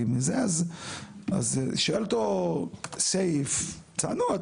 אז שואל אותו סעיף צנוע,